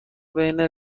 بین